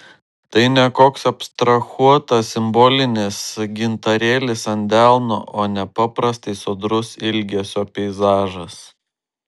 tai ne koks abstrahuotas simbolinis gintarėlis ant delno o nepaprastai sodrus ilgesio peizažas